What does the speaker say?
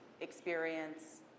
experience